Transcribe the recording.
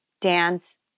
dance